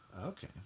Okay